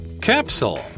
Capsule